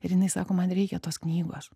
ir jinai sako man reikia tos knygos